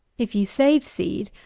if you save seed,